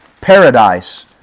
paradise